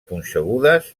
punxegudes